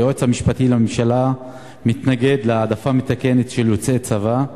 היועץ המשפטי לממשלה מתנגד להעדפה מתקנת של יוצאי צבא,